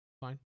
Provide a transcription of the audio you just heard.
Fine